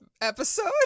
episode